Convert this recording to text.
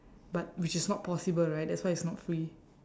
but which is not possible right that's why it's not free